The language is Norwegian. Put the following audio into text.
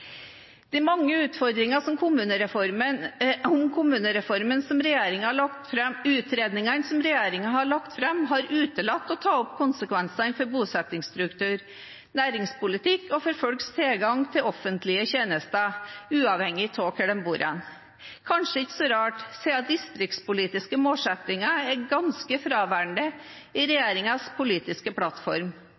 De mange utredningene om kommunereformen som regjeringen har lagt fram, har unnlatt å ta opp konsekvensene for bosettingsstruktur, næringspolitikk og for folks tilgang til offentlige tjenester, uavhengig av hvor de bor. Kanskje ikke så rart, siden distriktspolitiske målsettinger er ganske fraværende i regjeringens politiske plattform.